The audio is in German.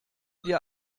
dir